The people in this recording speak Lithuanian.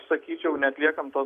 sakyčiau neatliekam to